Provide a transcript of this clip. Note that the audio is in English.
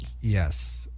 Yes